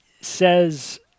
says